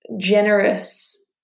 generous